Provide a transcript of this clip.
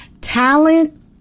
Talent